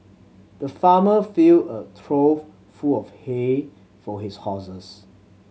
the farmer filled a trough full of hay for his horses